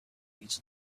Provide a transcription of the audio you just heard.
each